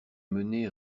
menées